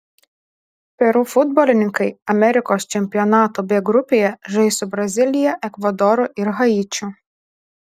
peru futbolininkai amerikos čempionato b grupėje žais su brazilija ekvadoru ir haičiu